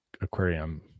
Aquarium